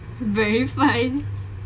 verifying